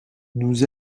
nous